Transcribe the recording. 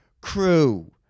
crew